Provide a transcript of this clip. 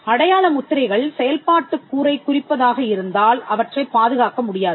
அடையாள முத்திரைகள் செயல்பாட்டுக் கூறைக் குறிப்பதாக இருந்தால் அவற்றைப் பாதுகாக்க முடியாது